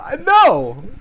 No